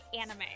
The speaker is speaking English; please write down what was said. anime